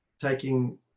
taking